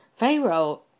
Pharaoh